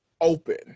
open